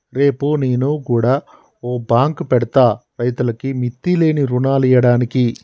రేపు నేను గుడ ఓ బాంకు పెడ్తా, రైతులకు మిత్తిలేని రుణాలియ్యడానికి